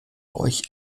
euch